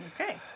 Okay